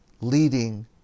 leading